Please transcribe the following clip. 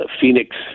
Phoenix